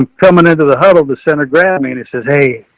i'm filming in to the huddle to senator graham, he, and he says, hey,